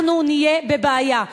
אנחנו נהיה בבעיה.